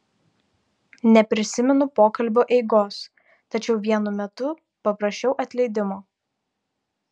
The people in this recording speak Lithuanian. neprisimenu pokalbio eigos tačiau vienu metu paprašiau atleidimo